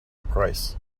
price